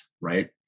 right